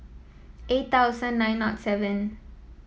eight thousand nine seven